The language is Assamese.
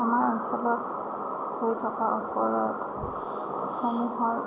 আমাৰ অঞ্চলত হৈ থকা অপৰাধসমূহৰ